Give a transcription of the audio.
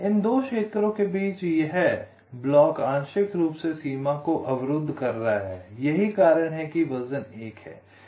इन 2 क्षेत्रों के बीच यह ब्लॉक आंशिक रूप से सीमा को अवरुद्ध कर रहा है यही कारण है कि वजन 1 है